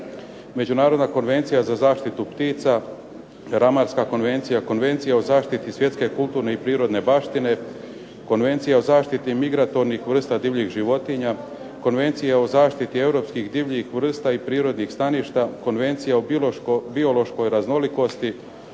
Međunarodna konvencija za zaštitu ptica, …/Govornik se ne razumije./… konvencija, Konvencija o zaštiti svjetske kulturne i prirodne baštine, Konvencija o zaštiti migratornih vrsta divljih životinja, Konvencija o zaštiti europskih divljih vrsta i prirodnih staništa, Konvencija o biološkoj raznolikosti,